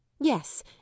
yes